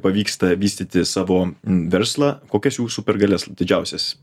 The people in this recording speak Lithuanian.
pavyksta vystyti savo verslą kokias jų supergalias didžiausias